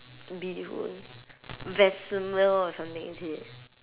bee hoon vermicelli or something is it